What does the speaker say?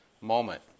moment